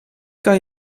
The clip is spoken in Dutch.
kan